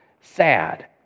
sad